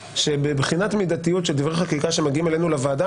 שבבחינת מידתיות של דברי חקיקה שמגיעים אלינו לוועדה,